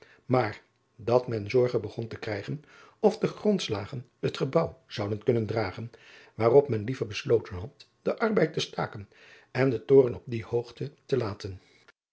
maar dat men zorge begon te krijgen of de grondslagen het gebouw zouden kunnen dragen waarop men liever besloten had den arbeid te staken en den toren op die hoogte te laten